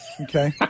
Okay